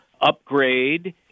upgrade